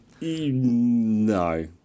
no